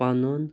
پَنُن